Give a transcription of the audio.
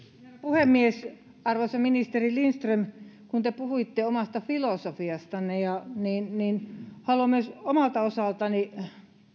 puhemies arvoisa ministeri lindström kun te puhuitte omasta filosofiastanne niin niin haluan myös omalta osaltani